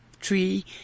tree